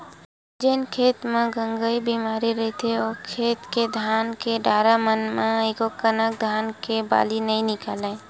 जेन खेत मन म गंगई बेमारी रहिथे ओ खेत के धान के डारा मन म एकोकनक धान के बाली नइ निकलय